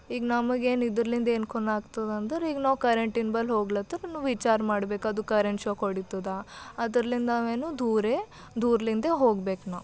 ಈಗ ನಮಗೆ ಏನು ಇದ್ರಿಂದ ಏನು ಖೂನಾಗ್ತದೆ ಅಂದ್ರೆ ಈಗ ನಾವು ಕರೆಂಟಿನ ಬಲ್ಲಿ ಹೋಗ್ಲತ್ರ ವಿಚಾರ ಮಾಡ್ಬೇಕು ಅದು ಕರೆಂಟ್ ಶಾಕ್ ಹೊಡೀತದೆ ಅದ್ರಲ್ಲಿಂದ ನಾವೇನು ದೂರೇ ದೂರ್ದಿಂದ್ಲೇ ಹೋಗ್ಬೇಕು ನಾವು